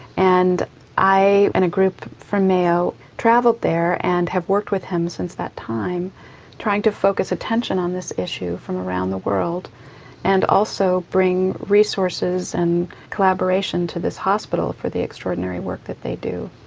and i and a group from mayo travelled there and have worked with him since that time trying to focus attention on this issue from around the world and also bring resources and collaboration to this hospital for the extraordinary work that they do.